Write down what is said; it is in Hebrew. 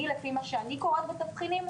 לפי מה שאני קוראת בתבחינים,